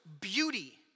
beauty